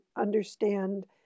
understand